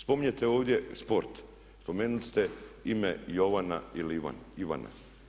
Spominjete ovdje sport, spomenuli ste ime Jovana i ili Ivana.